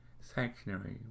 sanctuary